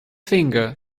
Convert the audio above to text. finger